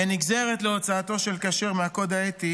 כנגזרת של הוצאתו של כשר מהקוד האתי